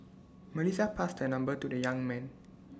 Melissa passed her number to the young man